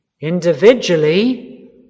Individually